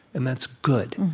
and that's good.